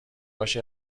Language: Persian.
کاش